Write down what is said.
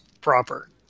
proper